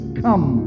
come